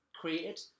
created